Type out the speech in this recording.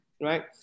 right